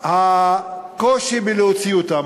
הקושי להוציא אותן,